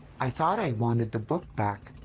i thought i wanted the book back,